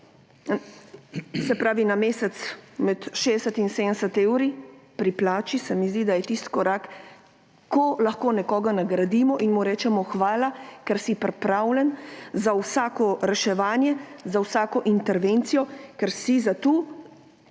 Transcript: se pravi na mesec med 60 in 70 evrov pri plači, se mi zdi, da je tisti korak, ko lahko nekoga nagradimo in mu rečemo hvala, ker si pripravljen za vsako reševanje, za vsako intervencijo, ker si tukaj